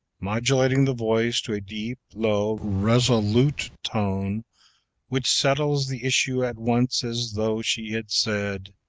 modulating the voice to a deep, low, resolute tone which settles the issue at once as though she had said